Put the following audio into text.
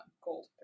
gold